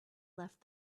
left